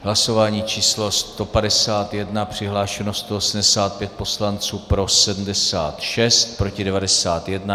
Hlasování číslo 151, přihlášeno 185 poslanců, pro 76, proti 91.